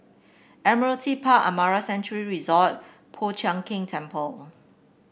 Admiralty Park Amara Sanctuary Resort Po Chiak Keng Temple